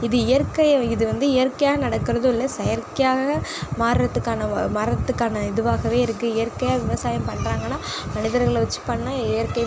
இது இயற்கை இது வந்து இயற்கையாக நடக்கிறதும் இல்லை செயற்கையாக மாறுறதுக்கான மாறுறதுக்கான இதுவாகவே இருக்குது இயற்கையாக விவசாயம் பண்ணுறாங்கனா மனிதர்களை வெச்சு பண்ணால் இயற்கை